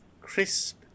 crisp